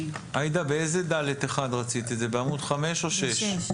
עאידה, באיזה (ד)(1) רצית את זה, בעמוד 5 או 6?